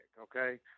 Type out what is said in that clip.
okay